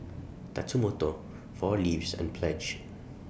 Tatsumoto four Leaves and Pledge